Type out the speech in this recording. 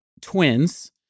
twins